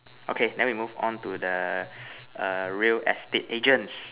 okay then we move on to the a real estate agents